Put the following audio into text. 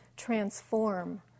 transform